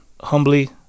humbly